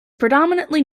predominantly